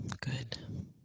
good